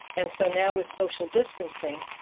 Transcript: and so now with social distancing,